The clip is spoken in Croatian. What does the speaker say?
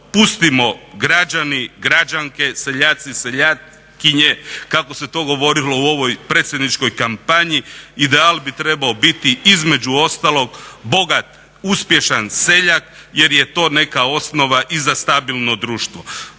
pustimo građani, građanke, seljaci, seljakinje kako se to govorilo u ovoj predsjedničkoj kampanji. Ideal bi trebao biti između ostalog bogat, uspješan seljak jer je to neka osnova i za stabilno društvo.